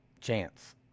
chance